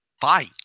fight